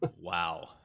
Wow